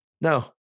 No